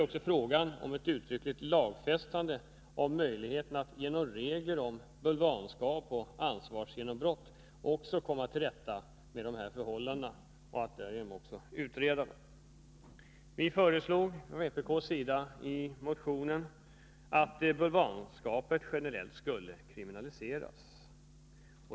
Endast genom uttryckligt lagfästa regler om bulvanskap och ansvarsgenombrott kan man komma till rätta med dessa förhållanden och möjliggöra en utredning. Vi från vpk föreslår i motionen att bulvanskap generellt skall kriminaliseras.